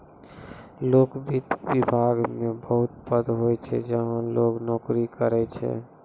लोक वित्त विभाग मे बहुत पद होय छै जहां लोग नोकरी करै छै